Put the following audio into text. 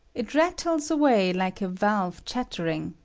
it rattles away like a valve chattering,